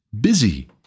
busy